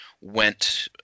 went